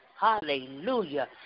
Hallelujah